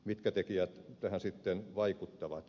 mitkä tekijät tähän sitten vaikuttavat